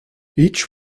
each